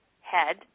head